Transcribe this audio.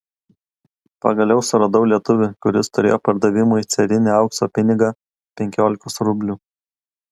pagaliau suradau lietuvį kuris turėjo pardavimui carinį aukso pinigą penkiolikos rublių